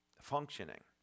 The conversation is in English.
functioning